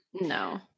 No